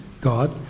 God